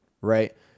right